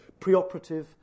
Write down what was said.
preoperative